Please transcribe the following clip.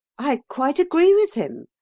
i quite agree with him.